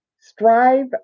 Strive